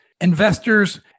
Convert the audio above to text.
investors